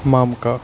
مامہٕ کاکھ